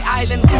island